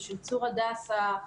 צור הדסה,